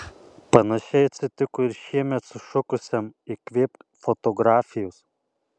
panašiai atsitiko ir šiemet sušukusiam įkvėpk fotografijos